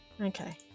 Okay